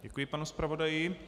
Děkuji panu zpravodaji.